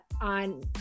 on